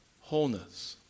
wholeness